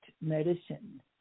medicine